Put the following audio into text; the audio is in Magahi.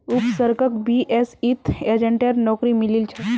उपसर्गक बीएसईत एजेंटेर नौकरी मिलील छ